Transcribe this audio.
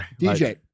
DJ